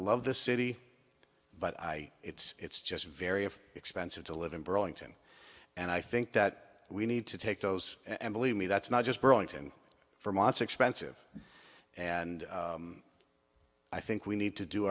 love the city but i it's just very if expensive to live in burlington and i think that we need to take those and believe me that's not just burlington vermont expensive and i think we need to do